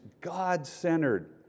God-centered